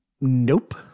Nope